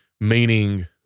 meaning